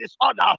disorder